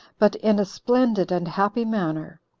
but in a splendid and happy manner.